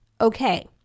Okay